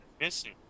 missing